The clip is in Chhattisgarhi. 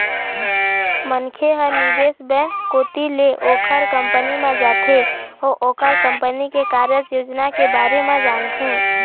मनखे ह निवेश बेंक कोती ले ओखर कंपनी म जाथे अउ ओखर कंपनी के कारज योजना के बारे म जानथे